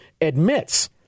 admits